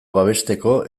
babesteko